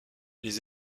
les